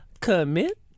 Commit